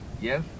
Yes